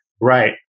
Right